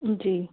जी